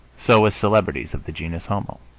so with celebrities of the genus homo.